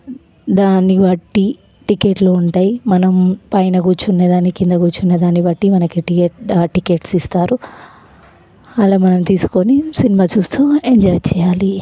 దాన్నిబట్టి టికెట్లు ఉంటాయి మనం పైన కూర్చునే దానికి క్రింద కూర్చునేదాన్ని బట్టి మనకి టి టికెట్స్ ఇస్తారు అలా మనం తీసుకొని సినిమా చూస్తూ ఎంజాయ్ చేయాలి